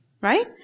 right